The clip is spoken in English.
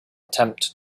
attempt